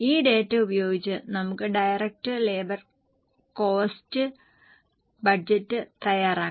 ഈ ഡാറ്റ ഉപയോഗിച്ച് നമുക്ക് ഡയറക്റ്റ് ലേബർ കോസ്റ്റ് ബഡ്ജറ്റ് തയ്യാറാക്കാം